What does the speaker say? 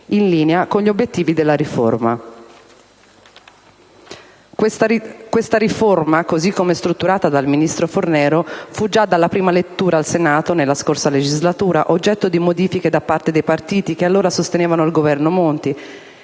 in linea con gli obiettivi della riforma. Questa riforma, così come strutturata dal ministro Fornero, fu già dalla prima lettura al Senato nella scorsa legislatura oggetto di modifiche da parte dei partiti che allora sostenevano il Governo Monti